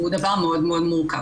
הוא דבר מאוד מורכב.